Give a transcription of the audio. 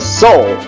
soul